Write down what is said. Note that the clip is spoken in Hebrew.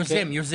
יוזם.